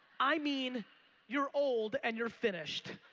i mean you're old and you're finished.